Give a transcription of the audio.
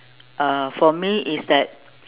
uh for me it's at